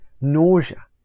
nausea